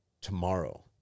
Tomorrow